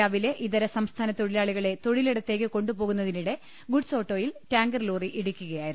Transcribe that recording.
രാവിലെ ഇതർസ്ഠസ്ഥാന തൊഴിലാളികളെ തൊഴിലിട ത്തേക്ക് കൊണ്ടു പോകുന്നതിനിടെ ഗുഡ്സ് ഓട്ടോയിൽ ടാങ്കർലോറി ഇടിക്കുകയായിരുന്നു